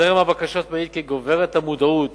זרם הבקשות מעיד כי גוברת המודעות